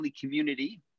Community